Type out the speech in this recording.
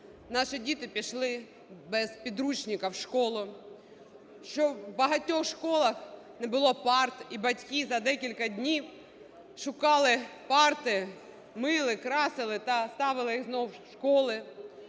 наші діти пішли без підручників в школу, щоб в багатьох школах не було парт, і батьки за декілька днів шукали парти, мили, красили та ставили їх знову в школи.